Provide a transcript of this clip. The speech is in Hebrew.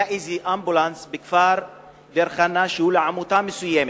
היה איזה אמבולנס בכפר דיר-חנא שהוא של עמותה מסוימת.